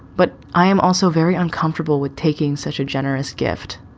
but i am also very uncomfortable with taking such a generous gift.